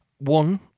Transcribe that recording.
One